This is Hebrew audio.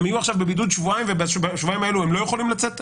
הם יהיו עכשיו בבידוד שבועיים ובשבועיים האלה הם לא יכולים לצאת?